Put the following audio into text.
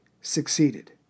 succeeded